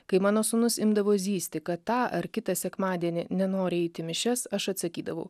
kai mano sūnus imdavo zyzti kad tą ar kitą sekmadienį nenori eiti į mišias aš atsakydavau